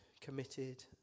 committed